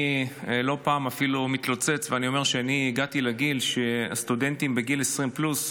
לא פעם אני מתלוצץ ואני אומר שהגעתי לגיל שסטודנטים בגיל 20 פלוס,